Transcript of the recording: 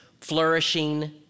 flourishing